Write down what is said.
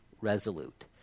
resolute